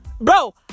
Bro